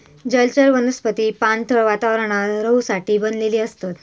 जलचर वनस्पतींनी पाणथळ वातावरणात रहूसाठी बनलेली असतत